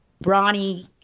brawny